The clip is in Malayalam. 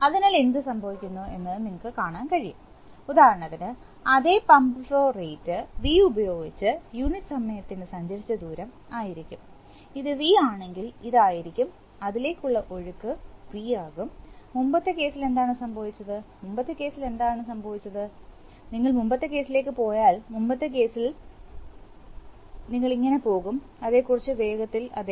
അതിനാൽ എന്ത് സംഭവിക്കുന്നു എന്നത് നിങ്ങൾക്ക് കാണാൻ കഴിയും ഉദാഹരണത്തിന് അതേ പമ്പ് ഫ്ലോ റേറ്റ് V ഉപയോഗിച്ച് യൂണിറ്റ് സമയത്തിന് സഞ്ചരിച്ച ദൂരം ആയിരിക്കും ഇത് V ആണെങ്കിൽ ഇതായിരിക്കും അതിലേക്കുള്ള ഒഴുക്ക് വി ആകും മുമ്പത്തെ കേസിൽ എന്താണ് സംഭവിച്ചത് മുമ്പത്തെ കേസിൽ എന്താണ് സംഭവിച്ചത് നിങ്ങൾ മുമ്പത്തെ കേസിലേക്ക് പോയാൽ മുമ്പത്തെ കേസിലേക്ക് ഞങ്ങൾ എങ്ങനെ പോകും അതെ കുറച്ച് വേഗത്തിൽ അതെ